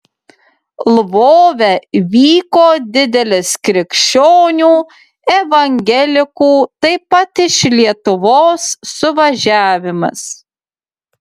lvove vyko didelis krikščionių evangelikų taip pat iš lietuvos suvažiavimas